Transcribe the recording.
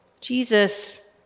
Jesus